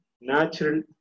natural